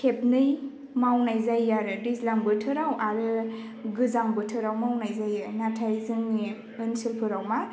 खेबनै मावनाय जायो आरो दैज्लां बोथोराव आरो गोजां बोथोराव मावनाय जायो नाथाय जोंनि ओनसोलफोराव मा